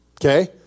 Okay